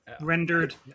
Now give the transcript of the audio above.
rendered